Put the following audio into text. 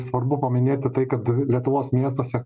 svarbu paminėti tai kad lietuvos miestuose